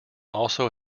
also